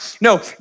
No